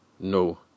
No